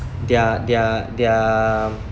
their their their